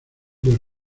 del